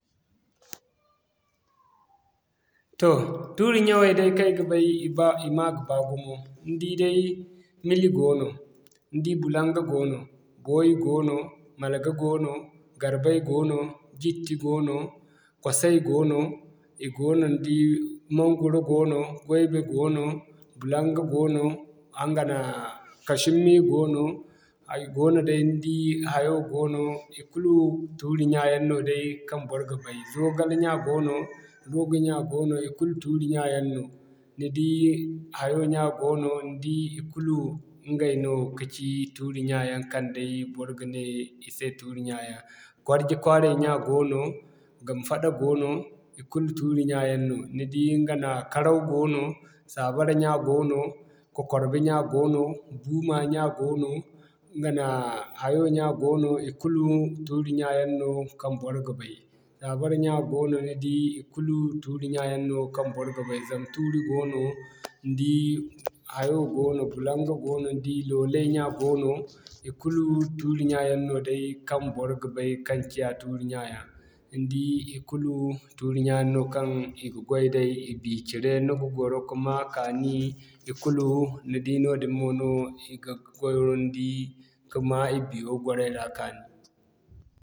Toh tuuri ɲyaŋey day kaŋ ay ga bay, i ma ga baa gumo. Ni di day Mili goono, ni di Bulaŋga goono, Booyi goono, Malaga goono, Garbay goono, Jitti goono, Kwasay goono, i goono ni di Maŋguro goono, Goyba goono, Bulaŋga goono, ɲga nooya Kashinmiya goono, i goono day ni di hayo goono, ikulu tuuri ɲya yaŋ no day kaŋ bor ga bay. Zogale ɲya goono, Gogo ɲya goono, ikulu tuuri ɲya yaŋ no. Ni di hayo ɲya goono, ni di ikulu ɲgay no kaci tuuri ɲya yaŋ kaŋ day bor ga ne i se tuuri ɲya yaŋ. Kwarji kwaaray ɲya goono, Gamfada goono, ikulu tuuri ɲya yaŋ no ni di ɲga nooya Karaw goono, Sabara ɲya goono, kokorba ɲya goono, Buuma ɲya goono, ɲga nooya hayo ɲya goono ikulu tuuri ɲya yaŋ no kaŋ bor ga bay. Sabara ɲya goono ni di ikulu tuuri ɲya yaŋ no kaŋ bor ga bay Zam-tuuri goono, ni di hayo goono Bulaŋga goono ni di Loolay ɲya goono, ikulu tuuri ɲya yaŋ no day kaŋ bor ga bay kaŋ ciya tuuri ɲya yaŋ. Ni di ikulu tuuri ɲya yaŋ no kaŋ i ga goy day i cire ni ga gwaro ka ma kaani ikulu ni di noodin mono i ga gwarandi ka ma i biyo gwaray ra kaani.